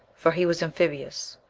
for he was amphibious.